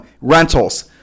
rentals